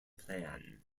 plan